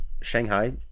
Shanghai